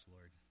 Lord